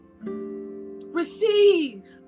Receive